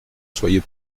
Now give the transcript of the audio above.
soyez